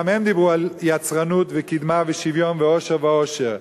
גם הם דיברו על יצרנות וקדמה ושוויון ועושר ואושר.